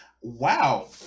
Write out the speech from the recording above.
Wow